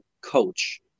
coach